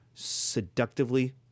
Seductively